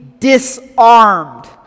Disarmed